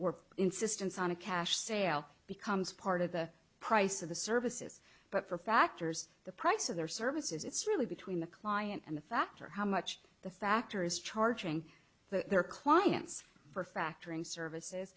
we're insistence on a cash sale becomes part of the price of the services but for factors the price of their services it's really between the client and the factor how much the factor is charging that their clients for factoring services